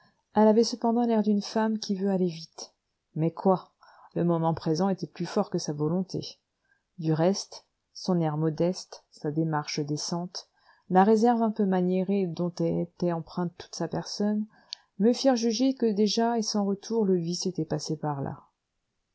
elle avait cependant l'air d'une femme qui veut aller vite mais quoi le moment présent était plus fort que sa volonté du reste son air modeste sa démarche décente la réserve un peu maniérée dont était empreinte toute sa personne me firent juger que déjà et sans retour le vice avait passé par là